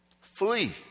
Flee